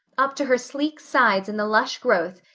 up to her sleek sides in the lush growth,